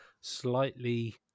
slightly